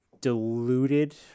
diluted